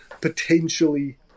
potentially